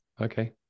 Okay